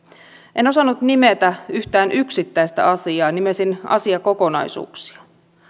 en osannut nimetä yhtään yksittäistä asiaa nimesin asiakokonaisuuksia